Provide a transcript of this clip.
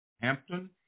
Hampton